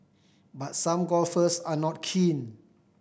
but some golfers are not keen